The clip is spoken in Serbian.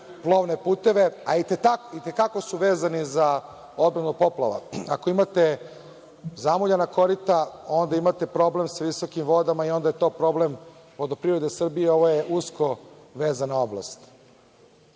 plovne puteve, a i te kako su vezani za odbranu od poplava? Ako imate zamuljana korita, onda imate problem sa visokim vodama i onda je to problem Vodoprivrede Srbije, a ovo je usko vezana oblast. Ja